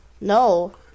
no